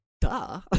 duh